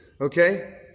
Okay